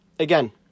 again